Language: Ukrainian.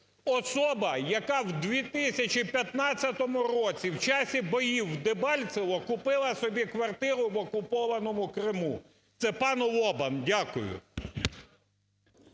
особа, яка в 2015 році в часи боїв в Дебальцево купила собі квартиру в окупованому Криму? Це пан Лобан. Дякую.